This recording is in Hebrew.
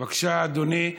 בבקשה, אדוני.